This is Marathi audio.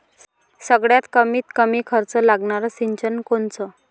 सगळ्यात कमीत कमी खर्च लागनारं सिंचन कोनचं?